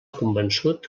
convençut